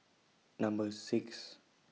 Number six